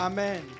Amen